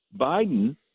Biden